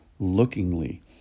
Lookingly